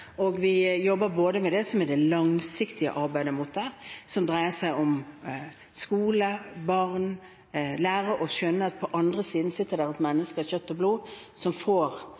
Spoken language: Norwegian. og vi jobber med både det langsiktige arbeidet – som dreier seg om skole, barn, lære å skjønne at det på den andre siden sitter et menneske av kjøtt og blod som